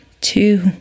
two